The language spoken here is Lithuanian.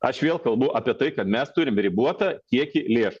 aš vėl kalbu apie tai kad mes turim ribotą kiekį lėšų